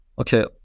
okay